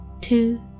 two